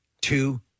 two